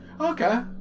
Okay